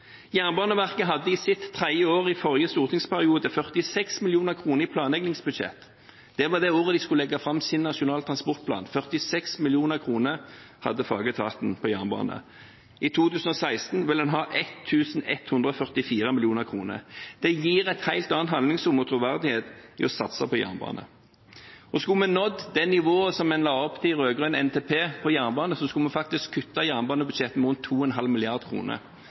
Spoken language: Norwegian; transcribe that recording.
Jernbaneverket hadde i sitt tredje år i forrige stortingsperiode 46 mill. kr i planleggingsbudsjett. Det var året de skulle legge fram sin nasjonale transportplan. 46 mill. kr hadde fagetaten på jernbane. I 2016 vil den ha 1 144 mill. kr. Det gir et helt annet handlingsrom og en helt annen troverdighet når man satser på jernbane. Skulle vi nådd nivået de rød-grønne la opp til for jernbane i NTP,